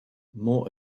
more